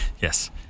Yes